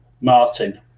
Martin